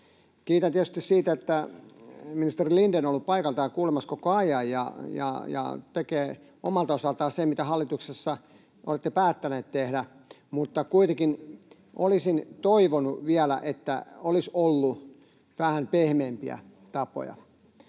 Kiitän tietysti siitä, että ministeri Lindén on ollut täällä paikalla kuulemassa koko ajan ja tekee omalta osaltaan sen, mitä hallituksessa olette päättäneet tehdä, mutta kuitenkin olisin toivonut vielä, että olisi ollut vähän pehmeämpiä tapoja.